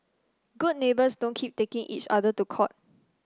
good neighbours don't keep taking each other to court